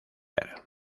ver